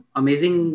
amazing